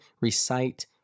recite